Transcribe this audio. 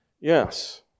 Yes